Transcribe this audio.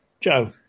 Joe